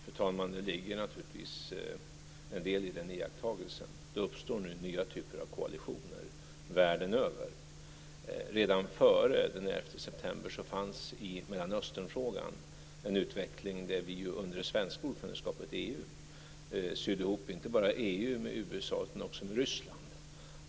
Fru talman! Det ligger naturligtvis en del i den iakttagelsen. Det uppstår nu nya typer av koalitioner världen över. Redan före den 11 september fanns i Mellanösternfrågan en utveckling där vi under det svenska ordförandeskapet i EU sydde ihop EU inte bara med USA utan också med Ryssland.